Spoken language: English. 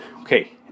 Okay